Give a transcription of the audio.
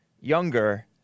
Younger